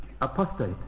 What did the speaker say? apostate